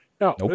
No